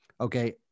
Okay